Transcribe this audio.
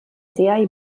tiegħi